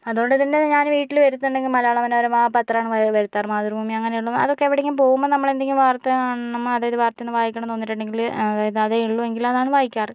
അതുകൊണ്ട് തന്നെ ഞാന് വീട്ടില് വരുത്തുന്നുണ്ടെങ്കില് മലയാള മനോരമ പത്രമാണ് വരുത്താറ് മാതൃഭൂമി അങ്ങനെയുള്ള അതൊക്കെ എവിടെങ്കിലും പോകുമ്പോൾ നമ്മളെന്തെങ്കിലും വാർത്ത കാണണം അതായത് വാർത്ത ഒന്ന് വായിക്കണന്ന് വന്നിട്ടുണ്ടെങ്കില് അതായത് അതേയുള്ളൂ എങ്കില് അതാണ് വായിക്കാറ്